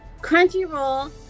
Crunchyroll